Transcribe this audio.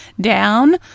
down